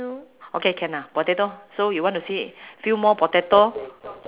okay can lah potato so you want to see few more potato